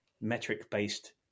metric-based